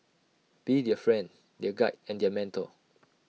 be their friend their guide and their mentor